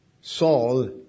Saul